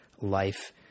life